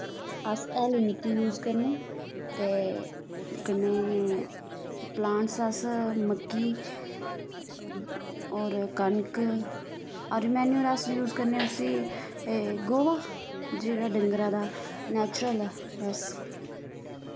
अस हैली मिट्टी यूस करने ते कन्नैं पलान्टस अस मक्की और कनक और मैन्यूर अस यूस करने उस्सी एह् गोआ जोह्ड़ा डंगरा दा नैचरल ऐ बस